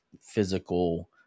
physical